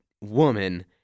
woman